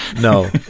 no